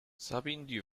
sabine